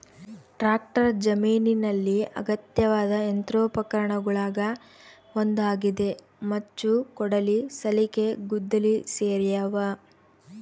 tractor ಜಮೀನಿನಲ್ಲಿ ಅಗತ್ಯವಾದ ಯಂತ್ರೋಪಕರಣಗುಳಗ ಒಂದಾಗಿದೆ ಮಚ್ಚು ಕೊಡಲಿ ಸಲಿಕೆ ಗುದ್ದಲಿ ಸೇರ್ಯಾವ